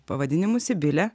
pavadinimu sibilė